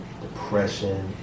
depression